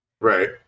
Right